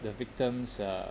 the victim's uh